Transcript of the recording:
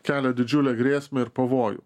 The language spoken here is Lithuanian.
kelia didžiulę grėsmę ir pavojų